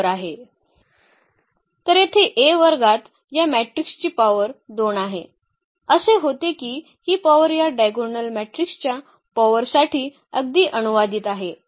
तर येथे A वर्गात या मॅट्रिक्सची पॉवर 2 आहे असे होते की ही पॉवर या डायगोनल मॅट्रिक्सच्या पॉवर साठी अगदी अनुवादित आहे